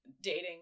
dating